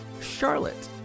Charlotte